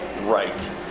right